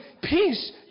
peace